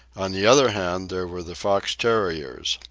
on the other hand, there were the fox terriers,